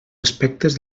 aspectes